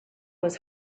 was